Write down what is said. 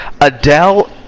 adele